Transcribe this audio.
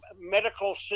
medical